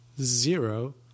zero